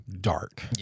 dark